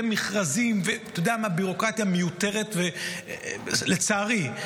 זה מכרזים וביורוקרטיה מיותרת, לצערי.